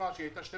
שנת הקורונה,